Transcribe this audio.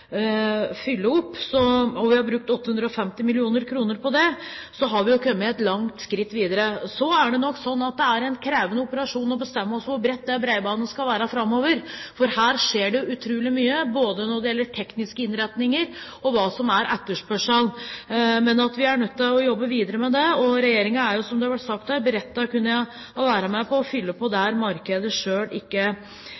fylle opp – vi har brukt 850 mill. kr på det – så har vi jo kommet et langt skritt videre. Så er det nok sånn at det er en krevende operasjon å bestemme hvor bredt det bredbåndet skal være framover, for her skjer det utrolig mye, både når det gjelder tekniske innretninger og etterspørsel. Men vi er nødt til å jobbe videre med det, og Regjeringen er jo, som det har vært sagt her, beredt til å kunne være med på å fylle på